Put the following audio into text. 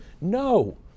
No